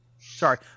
Sorry